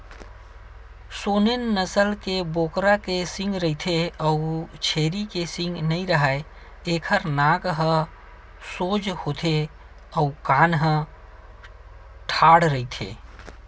Saanen नसल के बोकरा के सींग रहिथे अउ छेरी के सींग नइ राहय, एखर नाक ह सोज होथे अउ कान ह ठाड़ रहिथे